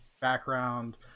background